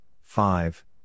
five